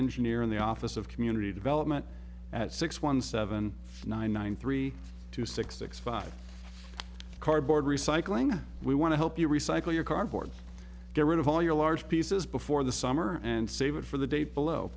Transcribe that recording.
engineer in the office of community development at six one seven nine nine three two six six five cardboard recycling we want to help you recycle your cardboard get rid of all your large pieces before the summer and save it for the day below